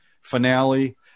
finale